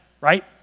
right